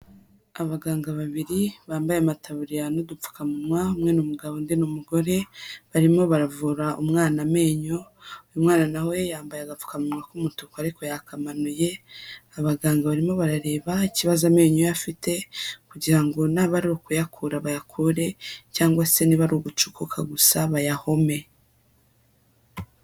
Abaganga babiri bambaye amataburiya n'udupfukamunwa, umwe ni umugabo undi ni umugore, barimo baravura umwana amenyo, umwana nawe yambaye agapfukamuwa k'umutuku ariko yakamanuye, abaganga barimo barareba ikibazo amenyo ye afite, kugira ngo naba ari ukuyakura bayakure, cyangwa se niba ari ugucukuka gusa bayahome.